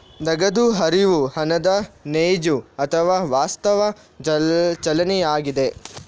ನಗದು ಹರಿವು ಹಣದ ನೈಜ ಅಥವಾ ವಾಸ್ತವ ಚಲನೆಯಾಗಿದೆ